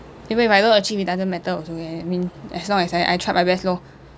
even if I don't achieve it doesn't matter also I mean as long as I I tried my best lor